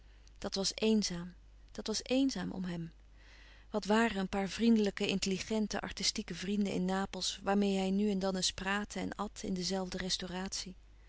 dat was eenzaam dat was eenzaam om hem wat waren een paar vriendelijke intelligente artistieke vrienden in napels waarmeê hij nu en dan eens praatte en at in de zelfde restauratie